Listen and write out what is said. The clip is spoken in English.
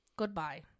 Goodbye